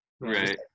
Right